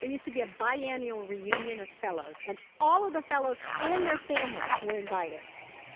there used to be biannual reunion of fellows and all of the fellows and their families were invited